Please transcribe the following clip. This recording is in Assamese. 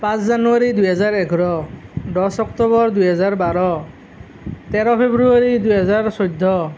পাঁচ জানুৱাৰী দুহেজাৰ এঘাৰ দহ অক্টোবৰ দুহেজাৰ বাৰ তেৰ ফেব্ৰুৱাৰী দুহেজাৰ চৈধ্য